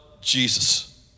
Jesus